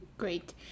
Great